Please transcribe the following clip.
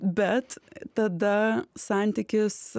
bet tada santykis